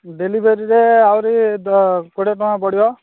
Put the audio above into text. ଡେଲିଭରିରେ ଆହୁରି ଦ କୋଡ଼ିଏ ଟଙ୍କା ବଢ଼ିବ